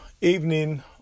evening